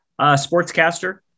Sportscaster